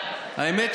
האמת,